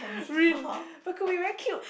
real but could be very cute